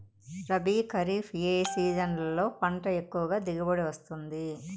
రబీ, ఖరీఫ్ ఏ సీజన్లలో పంట ఎక్కువగా దిగుబడి వస్తుంది